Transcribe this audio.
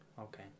Okay